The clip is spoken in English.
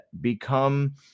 become